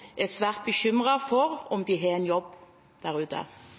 er svært bekymret for om de kommer til å ha en jobb?